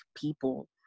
people